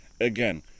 again